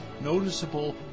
noticeable